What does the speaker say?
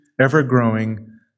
ever-growing